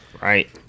Right